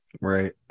Right